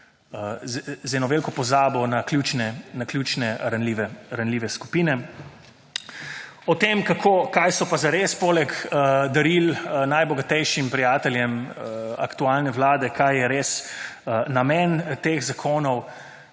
z eno veliko pozabo na ključne ranljive skupine. O tem kaj so pa zares poleg daril najbogatejšim prijateljem aktualne vlade, kaj je res namen teh zakonov